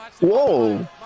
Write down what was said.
Whoa